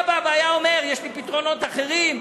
היה בא והיה אומר: יש לי פתרונות אחרים.